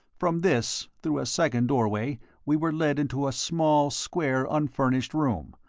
from this, through a second doorway we were led into a small, square, unfurnished room,